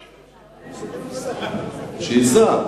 שייסע.